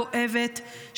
כואבת,